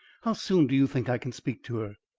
how soon do you think i can speak to her?